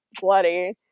bloody